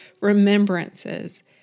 remembrances